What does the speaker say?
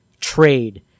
trade